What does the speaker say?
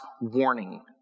warning